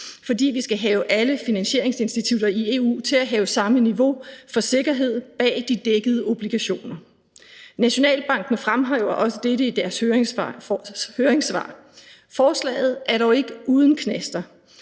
fordi vi skal have alle finansieringsinstitutter i EU til at have samme niveau for sikkerhed bag de dækkede obligationer. Nationalbanken fremhæver også dette i sit høringssvar. Forslaget er dog ikke uden knaster.